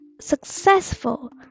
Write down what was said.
successful